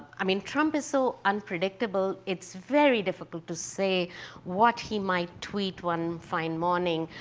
i mean trump is so unpredictable, it's very difficult to say what he might tweet one fine morning.